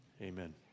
Amen